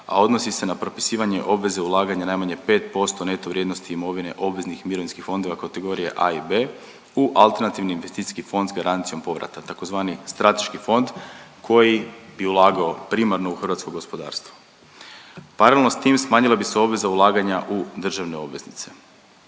a odnosi se na propisivanje obveze ulaganja najmanje 5% neto vrijednosti imovine obveznih mirovinskih fondova kategorije A i B u alternativni investicijski fond s garancijom povrata tzv. strateški fond koji bi ulagao primarno u hrvatsko gospodarstvo. Paralelno s tim smanjila bi se obveza ulaganja u državne obveznice.